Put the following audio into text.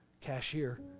cashier